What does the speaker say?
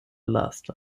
lasta